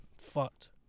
Fucked